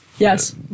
Yes